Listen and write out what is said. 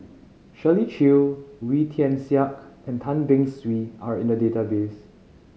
Shirley Chew Wee Tian Siak and Tan Beng Swee are in the database